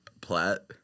plat